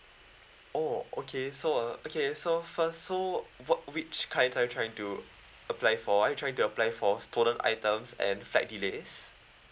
oh okay so uh okay so first so what which tier are you trying to apply for are you trying to apply for stolen items and flight delays